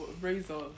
razor